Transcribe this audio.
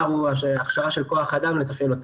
הפער הוא ההכשרה של כוח האדם לתפעל אותן.